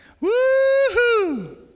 Woo-hoo